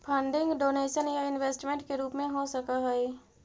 funding donation या investment के रूप में हो सकऽ हई